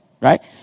right